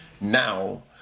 Now